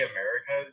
America